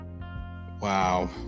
Wow